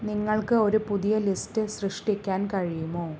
നിങ്ങൾക്ക് ഒരു പുതിയ ലിസ്റ്റ് സൃഷ്ടിക്കാൻ കഴിയുമോ